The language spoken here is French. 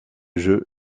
jeu